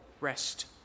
rest